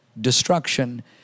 destruction